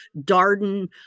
Darden